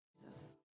Jesus